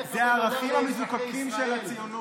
זה הערכים המזוקקים של הציונות.